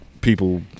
people